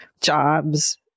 jobs